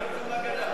נעביר אותם לגדה.